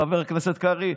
חבר הכנסת קרעי,